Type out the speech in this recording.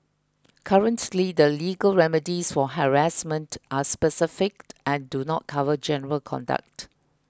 currently the legal remedies for harassment are specific and do not cover general conduct